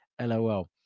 lol